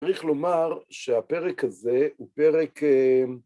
צריך לומר שהפרק הזה הוא פרק...